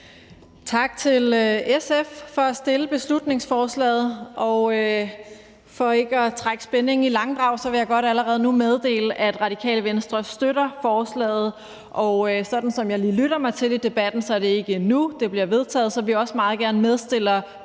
Tak til SF for at fremsætte beslutningsforslaget, og for ikke at trække spændingen i langdrag vil jeg godt allerede nu meddele, at Radikale Venstre støtter forslaget. Og som jeg lige lytter mig til det i debatten, er det ikke nu, det bliver vedtaget, så vi er også meget gerne medforslagsstillere